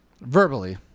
verbally